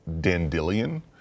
Dandelion